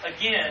again